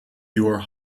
your